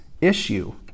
issue